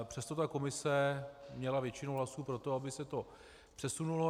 Přesto ta komise měla většinu hlasů pro to, aby se to přesunulo.